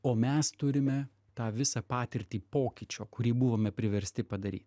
o mes turime tą visą patirtį pokyčio kurį buvome priversti padaryt